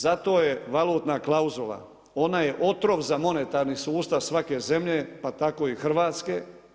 Zato je valutna klauzula, ona je otrov za monetarni sustav svake zemlje, pa tako i hrvatske.